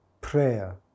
prayer